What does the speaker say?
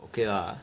okay lah